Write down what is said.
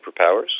superpowers